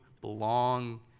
belong